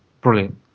brilliant